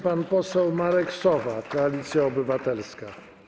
Pan poseł Marek Sowa, Koalicja Obywatelska.